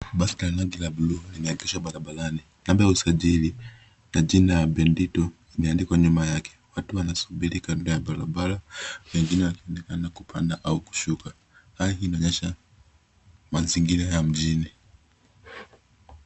Basi ya rangi ya bluu limeegeshwa barabarani, namba ya usajili na jina ya Bentito imeandikwa nyuma yake. Watu wanasubiri kando ya barabara wengine wakionekana kupanda au kushuka, hali hii inaonyesha mazingira ya mchini.